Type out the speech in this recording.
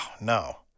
no